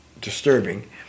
disturbing